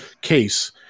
case